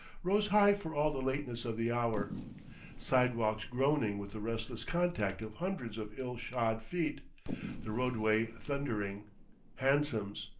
rose high for all the lateness of the hour sidewalks groaning with the restless contact of hundreds of ill-shod feet the roadway thundering hansoms,